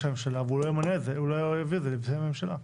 הממשלה והוא לא יביא את זה בפני הממשלה.